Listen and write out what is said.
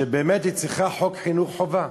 שבאמת צריכה חוק חינוך חובה.